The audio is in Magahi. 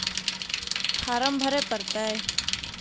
फार्म भरे परतय?